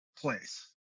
place